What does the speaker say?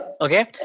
okay